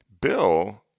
Bill